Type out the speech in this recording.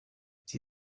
sie